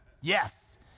Yes